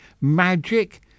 Magic